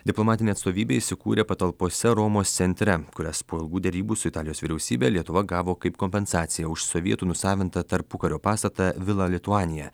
diplomatinė atstovybė įsikūrė patalpose romos centre kurias po ilgų derybų su italijos vyriausybe lietuva gavo kaip kompensaciją už sovietų nusavintą tarpukario pastatą vila lituanija